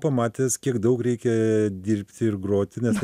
pamatęs kiek daug reikia dirbti ir groti nes